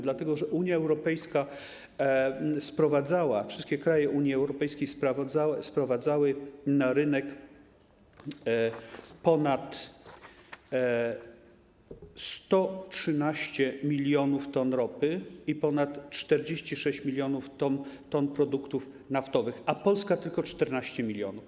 Dlatego że Unia Europejska sprowadzała, wszystkie kraje Unii Europejskiej sprowadzały na rynek ponad 113 mln t ropy i ponad 46 mln t produktów naftowych, a Polska tylko 14 mln.